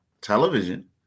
television